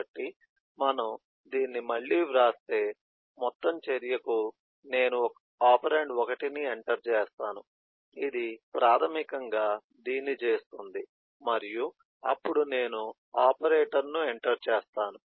కాబట్టి మనము దీన్ని మళ్ళీ వ్రాస్తే మొత్తం చర్యకు నేను ఒపెరాండ్ 1 ను ఎంటర్ చేస్తాను ఇది ప్రాథమికంగా దీన్ని చేస్తుంది మరియు అప్పుడు నేను ఆపరేటర్ ఎంటర్ చేస్తాను